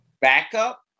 backup